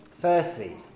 Firstly